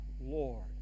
Lord